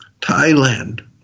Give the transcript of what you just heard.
Thailand